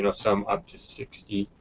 and some up to sixty.